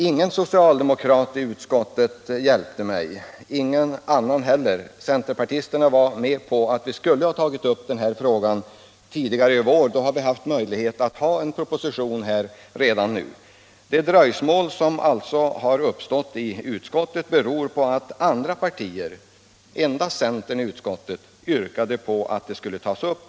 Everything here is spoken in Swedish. Ingen socialdemokrat i utskottet hjälpte mig och ingen annan heller, utom alla centerpartisterna, som var med på att vi skulle ha tagit upp den här frågan tidigare i vår. Då hade vi möjligen kunnat ha en proposition redan nu. Det dröjsmål som uppstått i utskottet beror på andra partier. Endast centern inom utskottet yrkade på att den här frågan skulle tas upp.